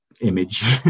image